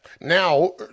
Now